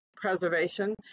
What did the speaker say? Preservation